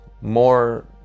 more